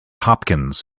hopkins